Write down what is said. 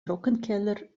trockenkeller